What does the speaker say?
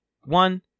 one